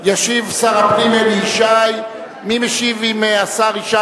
שהוגשה, בהתאם להערות השר.